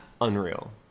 unreal